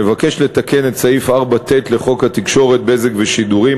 מבקשת לתקן את סעיף 4ט לחוק התקשורת (בזק ושידורים),